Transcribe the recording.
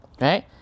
right